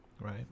right